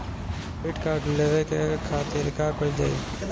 Debit card लेवे के खातिर का कइल जाइ?